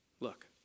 Look